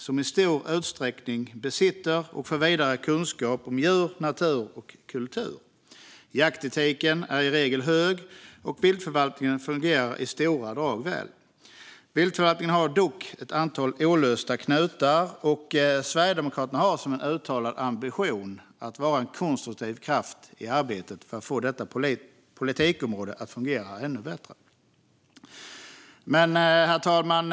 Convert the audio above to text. Den besitter och för i stor utsträckning vidare kunskap om djur, natur och kultur. Jaktetiken är i regel hög, och viltförvaltningen fungerar i stora drag väl. Viltförvaltningen har dock ett antal olösta knutar, och Sverigedemokraterna har som uttalad ambition att vara en konstruktiv kraft i arbetet för att få detta politikområde att fungera ännu bättre. Herr talman!